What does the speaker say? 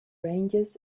rangers